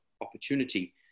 opportunity